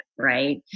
right